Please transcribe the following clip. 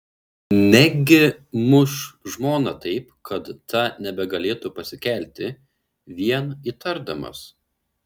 negi muš žmoną taip kad ta nebegalėtų pasikelti vien įtardamas